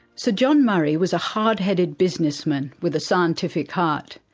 so john murray was a hard-headed businessman with a scientific heart.